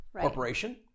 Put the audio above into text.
corporation